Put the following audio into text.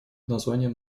названием